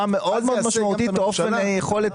מאוד משמעותית את אופן יכולת הפעולה.